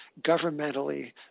governmentally